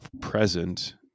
present